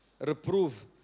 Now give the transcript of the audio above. Reprove